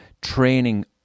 training